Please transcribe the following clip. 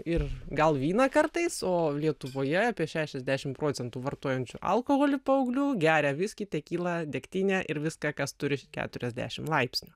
ir gal vyną kartais o lietuvoje apie šešiasdešim procentų vartojančių alkoholį paauglių geria viskį tekilą degtinę ir viską kas turi keturiasdešim laipsnių